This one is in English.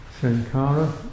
Sankara